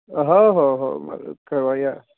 हो हो हो मग केव्हा या